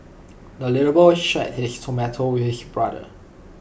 the little boy shared his tomato with his brother